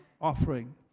offering